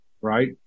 right